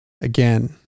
Again